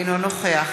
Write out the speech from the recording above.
אינו נוכח